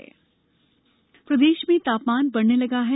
तापमान प्रदेश में तापमान बढ़ने लगा है